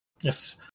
Yes